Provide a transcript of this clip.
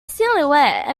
silhouette